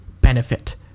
benefit